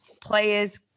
players